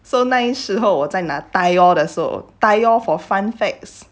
so 那一时候在拿 thiol 的时候 thiol for fun facts